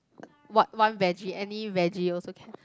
what one vege any vege also can